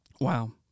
Wow